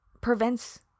prevents